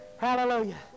Hallelujah